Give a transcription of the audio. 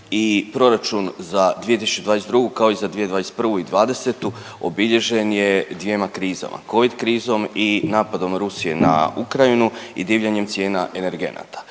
Proračun za 2022. kao i za 2021. i '20. obilježen je dvjema krizama, Covid krizom i napadom Rusije na Ukrajinu i divljanjem cijena energenata,